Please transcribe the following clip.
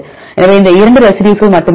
எனவே 2 ரெசிடியூஸ்கள் மட்டுமே உள்ளன